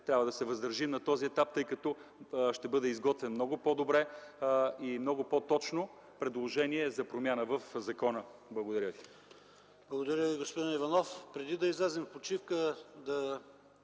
трябва да се въздържим на този етап, тъй като ще бъде изготвено много по-добро и много по-точно предложение за промяна в закона. Благодаря ви. ПРЕДСЕДАТЕЛ ПАВЕЛ ШОПОВ: Благодаря Ви, господин Иванов. Преди да излезем в почивка, ще